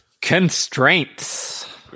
Constraints